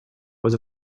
was